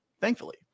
thankfully